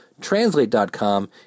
Translate.com